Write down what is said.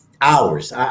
hours